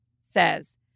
says